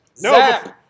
No